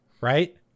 right